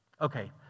Okay